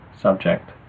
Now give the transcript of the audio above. subject